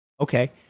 Okay